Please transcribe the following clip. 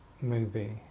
movie